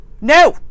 no